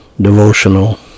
devotional